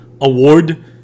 award